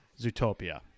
Zootopia